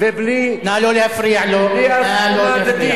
נא לא להפריע לו, נא לא להפריע לו.